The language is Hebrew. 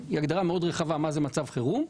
שהיא הגדרה מאוד רחבה שאומרת מה זה מצב חירום.